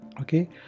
Okay